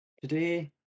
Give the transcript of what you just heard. Today